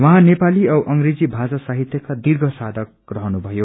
उझँ नेपाली औ अंग्रेजी भाषा साहितयका दीर्घ साथक रहनुभयो